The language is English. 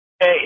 Hey